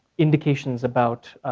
indications about